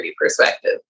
perspective